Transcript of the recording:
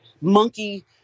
monkey